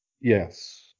Yes